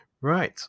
right